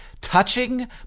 touching